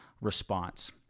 response